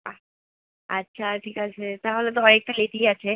আচ্ছা আচ্ছা ঠিক আছে তাহলে তো অনেকটা লেটই আছে